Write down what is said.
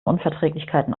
unverträglichkeiten